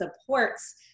supports